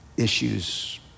Issues